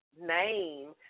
name